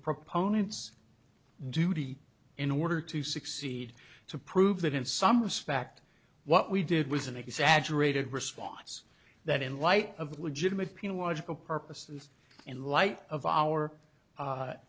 proponents duty in order to succeed to prove that in some respect what we did was an exaggerated response that in light of legitimate people logical purposes in light of our